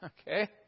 okay